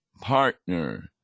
partner